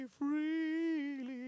freely